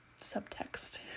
subtext